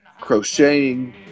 crocheting